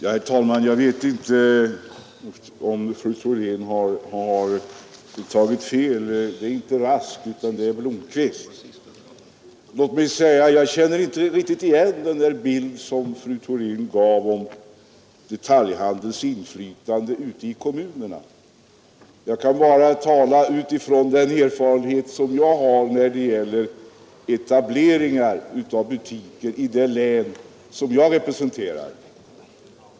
Herr talman! Jag känner inte riktigt igen den bild som fru Theorin gav av detaljhandelns inflytande ute i kommunerna. Jag kan bara tala utifrån den erfarenhet som jag har när det gäller etableringar av butiker i det län som jag representerar.